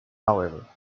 however